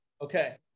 Okay